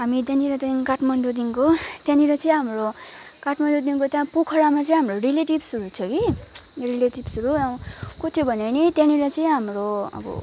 हामी त्यहाँनिर त्यहाँदेखि काठमाडौँदेखिको त्यहाँनिर चाहिँ हाम्रो काठमाडौँदेखिको त्यहाँ पोखरामा चाहिँ हाम्रो रिलेटिभ्सहरू थियो कि रिलेटिभ्सहरू को थियो भने नि त्यहाँनिर चाहिँ हाम्रो